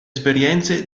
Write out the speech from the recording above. esperienze